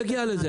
אני אגיע לזה,